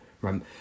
right